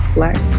Black